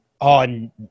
on